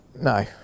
no